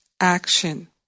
action